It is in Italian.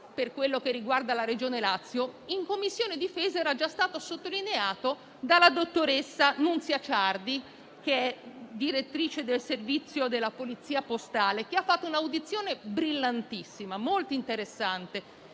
per quello che riguarda la Regione Lazio, in Commissione difesa era già stato sottolineato dalla dottoressa Nunzia Ciardi, direttrice del servizio della Polizia postale, che ha fatto un'audizione brillantissima, molto interessante.